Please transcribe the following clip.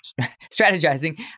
strategizing